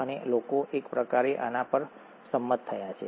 અને લોકો એક પ્રકારે આના પર સંમત થયા છે